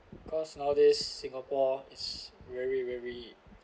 because nowadays singapore is very very